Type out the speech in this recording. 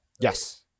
Yes